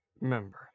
remember